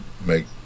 make